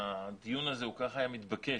הדיון היה כל כך מתבקש